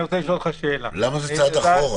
למה צעד אחורה?